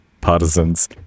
partisans